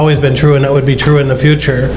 always been true and it would be true in the future